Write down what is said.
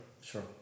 Sure